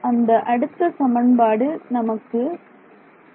அந்த அடுத்த சமன்பாடு நமக்கு ∇